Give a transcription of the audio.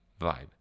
vibe